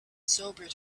sobered